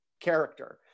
character